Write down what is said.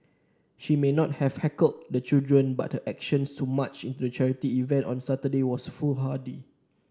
she may not have heckled the children but her action to march into the charity event on Saturday was foolhardy